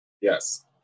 Yes